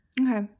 Okay